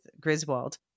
Griswold